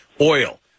Oil